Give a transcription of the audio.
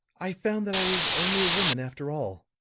i found that i was only a woman after all.